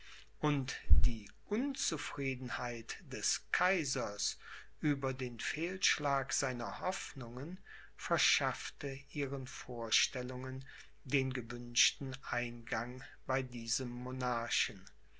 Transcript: und die unzufriedenheit des kaisers über den fehlschlag seiner hoffnungen verschaffte ihren vorstellungen den gewünschten eingang bei diesem